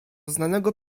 znanego